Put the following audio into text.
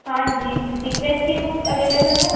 हाँ जी दिग्गज की बुक अवेलेबल है